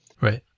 Right